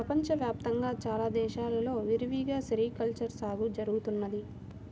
ప్రపంచ వ్యాప్తంగా చాలా దేశాల్లో విరివిగా సెరికల్చర్ సాగు జరుగుతున్నది